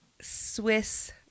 Swiss